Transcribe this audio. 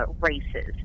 races